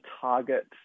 target